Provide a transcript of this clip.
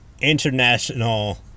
international